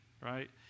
right